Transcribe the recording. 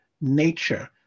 nature